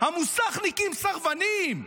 המוסכניקים הם סרבנים.